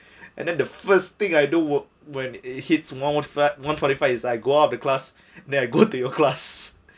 and then the first thing I do work when it hits one one for one forty five is I go up the class then I go to your class